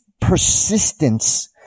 persistence